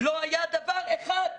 לא היה דבר אחד,